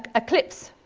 ah eclipse